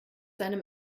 seinem